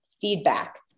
feedback